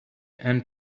and